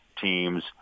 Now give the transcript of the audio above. teams